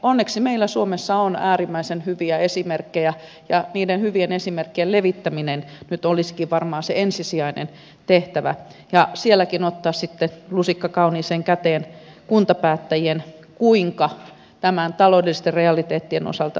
onneksi meillä suomessa on äärimmäisen hyviä esimerkkejä ja niiden hyvien esimerkkien levittäminen nyt olisikin varmaan se ensisijainen tehtävä ja sielläkin tulisi ottaa sitten lusikka kauniiseen käteen kuntapäättäjien kuinka taloudellisten realiteettien osalta toimitaan